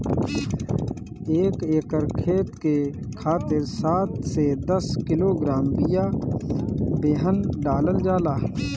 एक एकर खेत के खातिर सात से दस किलोग्राम बिया बेहन डालल जाला?